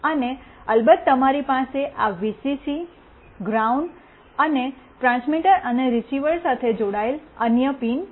અને અલબત્ત તમારી પાસે આ વીસીસી ગ્રાઉન્ડ અને ટ્રાન્સમિટર અને રીસીવર સાથે જોડાયેલ અન્ય પિન છે